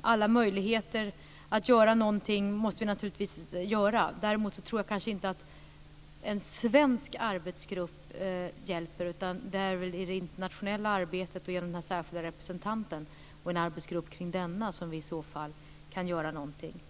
Alla möjligheter att göra någonting måste naturligtvis prövas. Däremot tror jag kanske inte att en svensk arbetsgrupp hjälper. Det är i så fall genom det internationella arbetet och en arbetsgrupp kring den särskilda representanten som vi kan göra någonting.